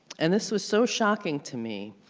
and this was so shocking to me,